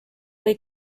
või